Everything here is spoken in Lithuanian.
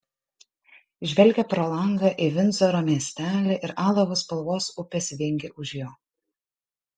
žvelgė pro langą į vindzoro miestelį ir alavo spalvos upės vingį už jo